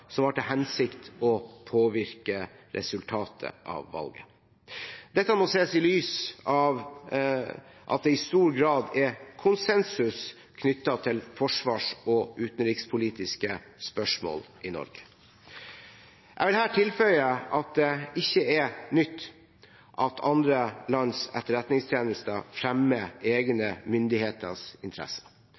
som har til hensikt å påvirke resultatet av valget. Dette må ses i lys av at det i stor grad er konsensus knyttet til forsvars- og utenrikspolitiske spørsmål i Norge. Jeg vil her tilføye at det ikke er nytt at andre lands etterretningstjenester fremmer egne myndigheters interesser.